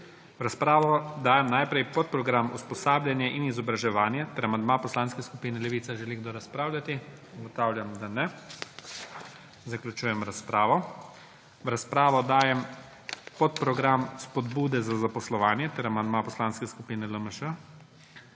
Najprej dajem v razpravo podprogram Usposabljanje in izobraževanje ter amandma Poslanske skupine Levica. Želi kdo razpravljati? Ugotavljam, da ne. Zaključujem razpravo. V razpravo dajem podprogram Spodbude za zaposlovanje ter amandma Poslanske skupine LMŠ.